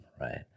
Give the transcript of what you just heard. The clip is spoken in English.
right